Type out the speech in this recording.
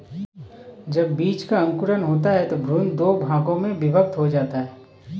जब बीज का अंकुरण होता है तो भ्रूण दो भागों में विभक्त हो जाता है